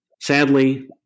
Sadly